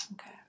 Okay